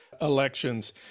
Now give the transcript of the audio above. elections